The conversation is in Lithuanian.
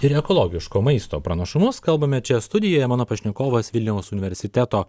ir ekologiško maisto pranašumus kalbame čia studijoje mano pašnekovas vilniaus universiteto